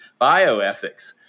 bioethics